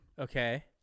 Okay